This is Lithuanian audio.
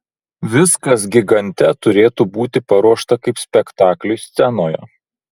viskas gigante turėtų būti paruošta kaip spektakliui scenoje